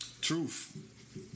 Truth